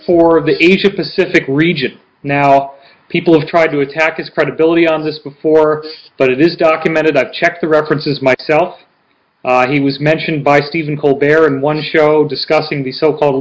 for the asia pacific region now people have tried to attack his credibility on this before but it is documented i've checked the references myself he was mentioned by stephen koepp there in one show discussing the so called